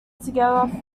together